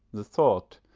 the thought,